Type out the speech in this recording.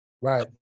right